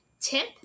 tip